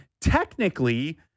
technically